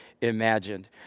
imagined